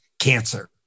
cancer